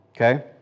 Okay